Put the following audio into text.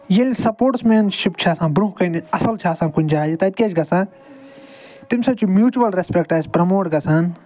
ییٚلہِ سَپوٹٕسمینشِپ چھِ آسان برٛونٛہہ کَنہِ اصٕل چھِ آسان کُنہِ جایہِ تَتہِ کیٛاہ چھِ گَژھان تَمہِ سۭتۍ چھِ میوٗچوَل رٮ۪سپٮ۪کٹ اَسہِ پرٛموٹ گَژھان